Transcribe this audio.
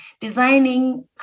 designing